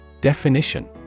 Definition